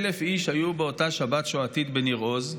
היו באותה שבת שואתית בניר עוז.